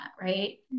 Right